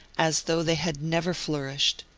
as though they had never flourished.